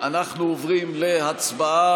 אנחנו עוברים להצבעה.